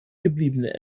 gebliebene